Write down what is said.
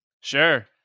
Sure